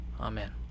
Amen